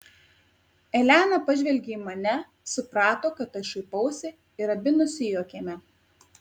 elena pažvelgė į mane suprato kad aš šaipausi ir abi nusijuokėme